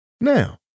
Now